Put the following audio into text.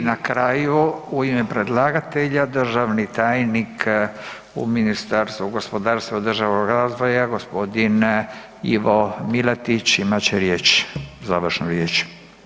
I na kraju u ime predlagatelja državni tajnik u Ministarstvu gospodarstva državnog razvoja gospodin Ivo Milatić imat će riječ, završnu riječ.